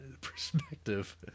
perspective